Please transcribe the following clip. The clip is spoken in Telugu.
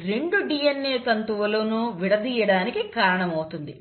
2 DNA తంతువులను విడదీయడానికి కారణమవుతుంది